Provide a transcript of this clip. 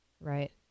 Right